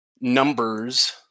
numbers